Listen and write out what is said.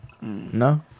No